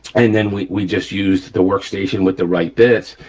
and then we we just used the workstation with the right bits,